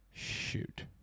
shoot